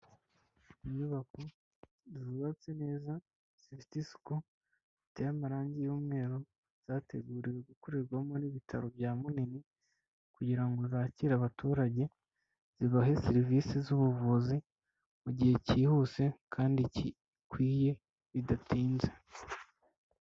Inyubako zubatse neza, zifite isuku, ziteye amarangi y'umweru, zateguriwe gukorerwamo n'ibitaro bya Munini kugira ngo zakire abaturage, zibahe serivisi z'ubuvuzi mu gihe cyihuse kandi gikwiye bidatinze.